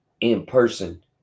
in-person